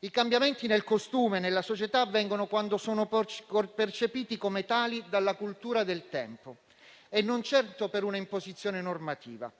I cambiamenti nel costume e nella società avvengono quando sono percepiti come tali dalla cultura del tempo e non certo per un'imposizione normativa.